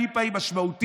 הכיפה היא משמעותית,